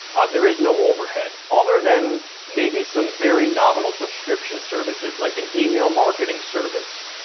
there is no overhead, other than maybe some very nominal subscriptions services like an email marketing service,